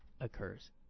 occurs